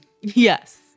Yes